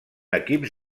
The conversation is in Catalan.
equips